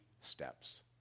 steps